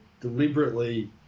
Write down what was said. deliberately